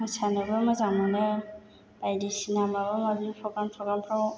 मोसानोबो मोजां मोनो बायदिसिना माबा माबि प्रग्राम तग्रामफ्राव